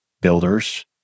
builders